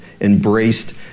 embraced